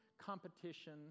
competition